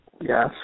Yes